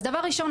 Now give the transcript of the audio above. אז דבר ראשון,